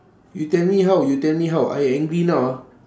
you tell me how you tell me how I angry now ah